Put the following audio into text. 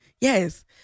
Yes